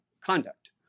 conduct